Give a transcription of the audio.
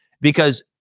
Because-